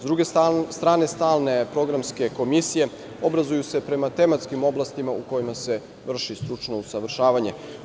S druge strane, stalne programske komisije obrazuju se prema tematskim oblastima u kojima se vrši stručno usavršavanje.